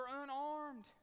unarmed